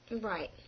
Right